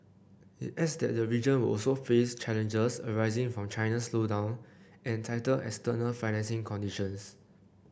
it adds that the region will also face challenges arising from China's slowdown and tighter external financing conditions